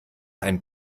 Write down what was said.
ein